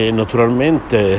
naturalmente